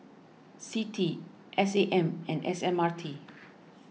Citi S A M and S M R T